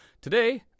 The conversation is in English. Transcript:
Today